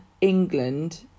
England